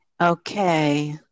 Okay